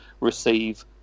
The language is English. receive